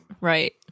Right